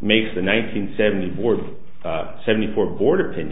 makes the one hundred seventy board seventy four board opinion